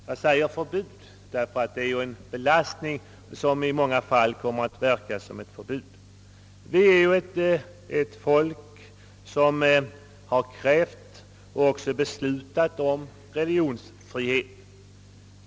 Jag säger förbud för det verkar närmast som ett sådant. Vi är ju ett folk som har krävt och även beslutat om religionsfrihet.